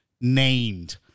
named